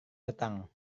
datang